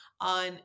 on